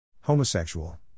Homosexual